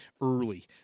early